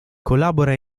collabora